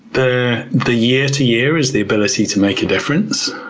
the the year-to-year is the ability to make a difference.